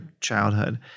childhood